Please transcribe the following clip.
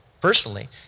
personally